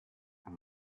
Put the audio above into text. and